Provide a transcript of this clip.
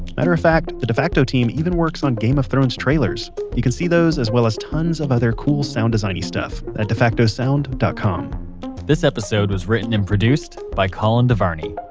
matter of fact, the defacto team even works on game of thrones trailers. you can see those, as well as tons of other sound-designy stuff, at defactosound dot com this episode was written and produced by colin devarney,